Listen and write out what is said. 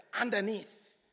underneath